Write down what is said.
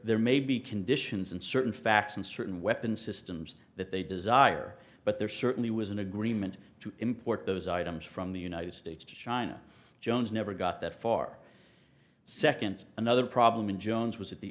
there may be conditions and certain facts and certain weapon systems that they desire but there certainly was an agreement to import those items from the united states to china jones never got that far second another problem and jones was at the